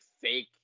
fake